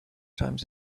times